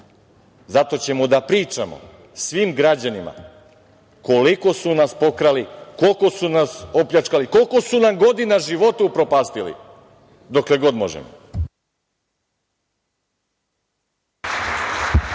ćemo da pričamo svim građanima koliko su nas pokrali, koliko su nas opljačkali, koliko su nam godina života upropastili, dokle god možemo.